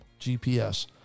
GPS